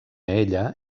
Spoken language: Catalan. ella